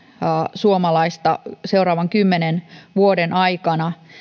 suomalaista seuraavan kymmenen vuoden aikana